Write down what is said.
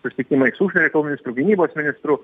susitikimai su užsienio reikalų ministru gynybos ministru